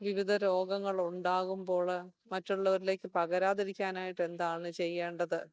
വിവിധ രോഗങ്ങളുണ്ടാകുമ്പോൾ മറ്റുള്ളവരിലേക്ക് പകരാതിരിക്കാനായിട്ട് എന്താണ് ചെയ്യേണ്ടത്